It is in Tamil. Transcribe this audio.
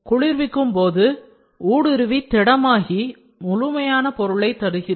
குளிர்விக்கும் போது ஊடுருவி திடமாகி முழுமையான பொருளை தருகிறது